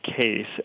case